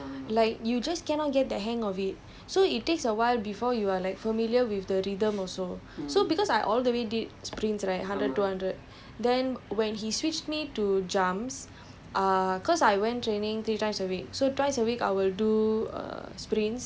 it actually takes awhile like ஆரம்பித்தில செய்யும் போது:aarambitthila seyyum pothu like damn weird ah இருக்கும்:irukkum like you just cannot get the hang of it so it takes a while before you are like familiar with the rhythm also so because I all the way did sprints right hundred two hundred then when he switched me to jumps